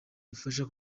ifasha